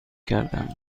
کردم